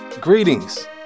Greetings